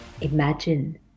imagine